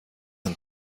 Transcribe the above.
and